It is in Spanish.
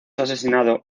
asesinado